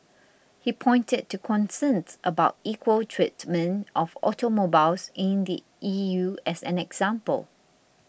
he pointed to concerns about equal treatment of automobiles in the E U as an example